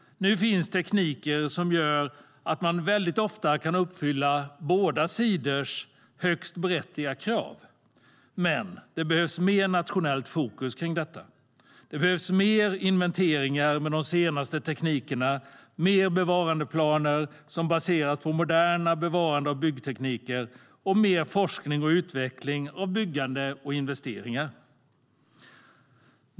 Nu finns tekniker som gör att man väldigt ofta kan uppfylla båda sidors högst berättigade krav, men det behövs mer nationellt fokus på detta. Det behövs mer inventeringar med de senaste teknikerna, mer bevarandeplaner som baseras på moderna bevarande och byggtekniker och mer forskning och utveckling av byggande och investeringar.